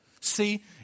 See